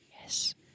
Yes